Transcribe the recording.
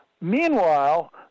Meanwhile